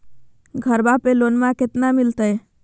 घरबा पे लोनमा कतना मिलते?